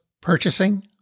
purchasing